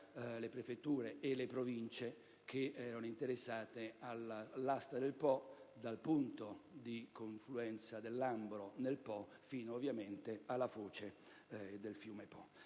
le prefetture e le Province che sono interessate all'asta del Po dal punto di confluenza del Lambro fino alla foce del fiume Po.